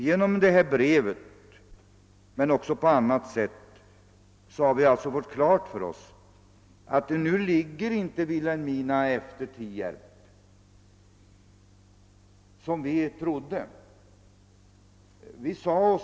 Genom det här brevet men också på annat sätt har vi alltså fått klart för oss att Vilhelmina inte ligger efter Tierp, vilket vi trodde.